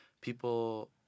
people